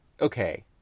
okay